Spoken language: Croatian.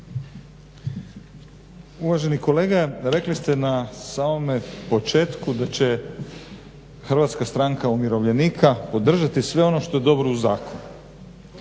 Uvaženi kolega, rekli ste na samome početku da će HSU podržati sve ono što je dobro u zakonu.